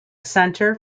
centre